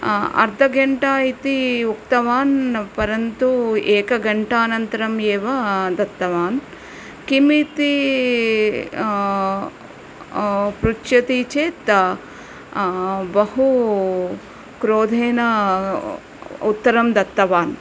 अर्धगण्टा इति उक्तवान् परन्तु एकगण्टानन्तरमेव दत्तवान् किमिति पृच्छति चेत् बहु क्रोधेन उत्तरं दत्तवान्